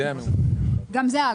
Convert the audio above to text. אגב, גם זה.